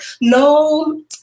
no